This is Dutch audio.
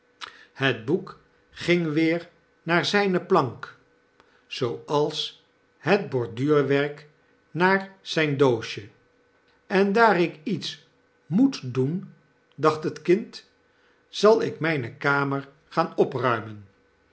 het boek ging weer naar zpe plank zooals het borduurwerk naar znn doosje en daar ik iets moet doen dacht het kind zal ik mane kamer gaan opruimen